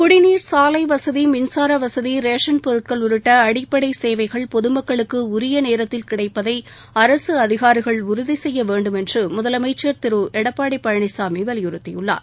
குடிநீர் சாலை வசதி மின்சார வசதி ரேஷன் பொருட்கள் உள்ளிட்ட அடிப்படை சேவைகள் பொதுமக்களுக்கு உரிய நேரத்தில் கிடைப்பதை அரசு அதிகாரிகள் உறுதி செய்ய வேண்டும் என்று முதலமைச்சர் திரு எடப்பாடி பழனிசாமி வலியுறுத்தியுள்ளார்